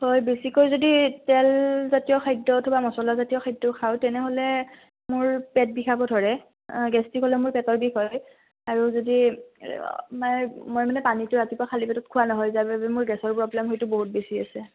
হয় বেছিকৈ যদি তেল জাতীয় খাদ্য অথবা মছলা জাতীয় খাদ্য খাওঁ তেনেহ'লে মোৰ পেট বিষাব ধৰে গেছট্ৰিক হ'লে মোৰ পেটৰ বিষ হয় আৰু যদি মই মানে পানীটো ৰাতিপুৱা খালি পেটত খোৱা নহয় যাৰ বাৰে মোৰ গেছৰ প্ৰবলেম হয়তো বহুত বেছি আছে